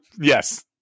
Yes